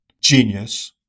genius